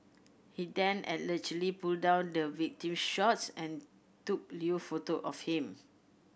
he then allegedly pulled down the victim's shorts and took lewd photo of him